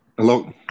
Hello